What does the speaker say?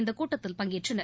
இக்கூட்டத்தில் பங்கேற்றனர்